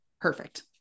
Perfect